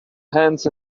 hands